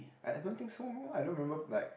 I I don't think so how I don't remember like